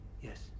Yes